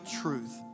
truth